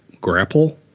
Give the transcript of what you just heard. grapple